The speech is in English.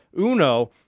uno